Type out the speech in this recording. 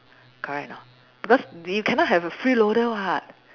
correct or not because you cannot have a freeloader [what]